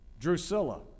Drusilla